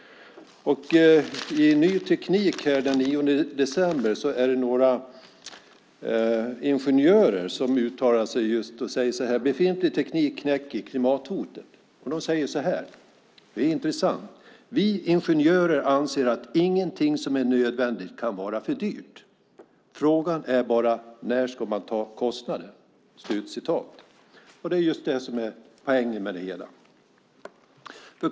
I Ny Teknik den 9 december uttalade sig några ingenjörer i en artikel med rubriken "Befintlig teknik knäcker klimathotet". De skriver: "Vi ingenjörer anser att ingenting som är nödvändigt kan vara för dyrt. Frågan är bara när man ska ta kostnaden." Det är just det som är poängen med det hela.